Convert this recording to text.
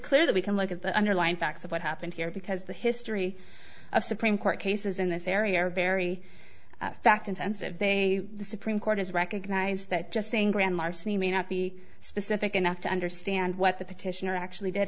clear that we can look at the underlying facts of what happened here because the history of supreme court cases in this area are very fact intensive they the supreme court has recognized that just saying grand larceny may not be specific enough to understand what the petitioner actually did